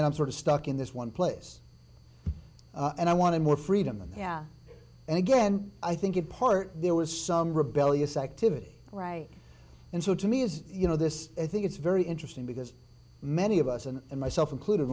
then i'm sort of stuck in this one place and i want to more freedom and yeah and again i think in part there was some rebellious activity right and so to me is you know this i think it's very interesting because many of us and myself included